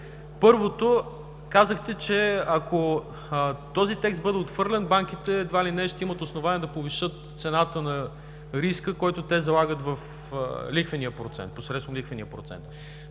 Първо, казахте, че ако този текст бъде отхвърлен, банките едва ли не ще имат основание да повишат цената на риска, който те залагат посредством лихвения процент.